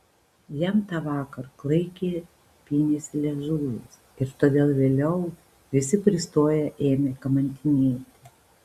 jam tą vakar klaikiai pynėsi liežuvis ir todėl vėliau visi pristoję ėmė kamantinėti